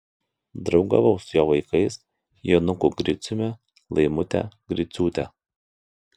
draugavau su jo vaikais jonuku griciumi laimute griciūte